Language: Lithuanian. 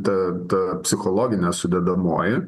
ta ta psichologinė sudedamoji